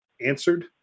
answered